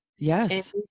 Yes